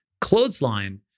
clothesline